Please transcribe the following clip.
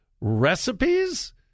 Recipes